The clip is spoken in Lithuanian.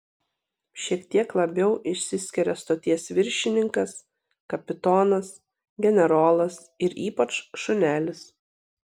šiek tiek labiau išsiskiria stoties viršininkas kapitonas generolas ir ypač šunelis